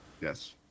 Yes